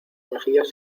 mejillas